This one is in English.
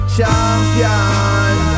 Champion